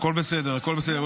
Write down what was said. הכול בסדר, הכול בסדר.